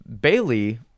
Bailey